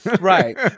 right